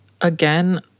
again